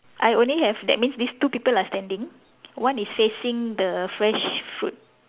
I only have that means these two people are standing one is facing the fresh fruit